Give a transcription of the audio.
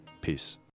Peace